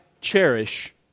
cherish